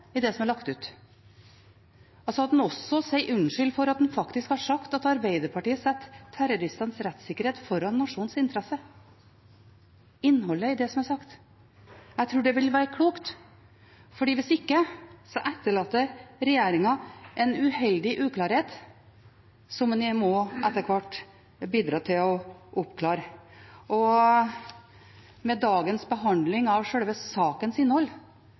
det som er lagt ut, altså at en også sier unnskyld for at en faktisk har sagt at Arbeiderpartiet setter terroristenes rettssikkerhet foran nasjonens interesser, for innholdet i det som er sagt. Jeg tror det ville være klokt – hvis ikke etterlater regjeringen en uheldig uklarhet som en etter hvert må bidra til å oppklare. Med dagens behandling av selve sakens innhold